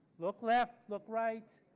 look left, look right.